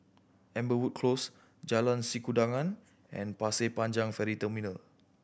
Amberwood Close Jalan Sikudangan and Pasir Panjang Ferry Terminal